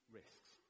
risks